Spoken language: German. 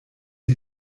die